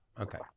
Okay